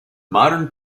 modern